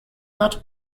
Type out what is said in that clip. not